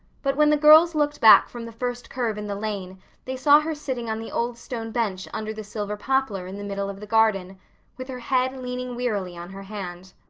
but when the girls looked back from the first curve in the lane they saw her sitting on the old stone bench under the silver poplar in the middle of the garden with her head leaning wearily on her hand.